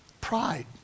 pride